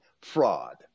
fraud